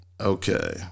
Okay